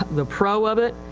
the pro of it,